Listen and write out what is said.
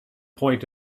point